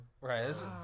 Right